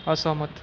असहमत